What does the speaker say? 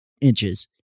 inches